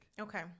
Okay